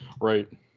right